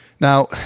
Now